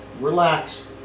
relax